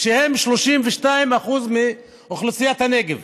שהם 32% מאוכלוסיית הנגב.